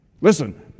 Listen